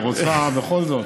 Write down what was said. היא רוצה בכל זאת,